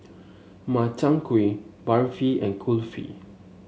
Makchang Gui Barfi and Kulfi